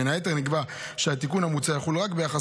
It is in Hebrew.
בין היתר נקבע שהתיקון המוצע יחול רק ביחס